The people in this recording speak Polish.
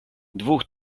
dwóch